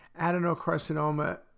Adenocarcinoma